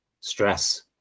stress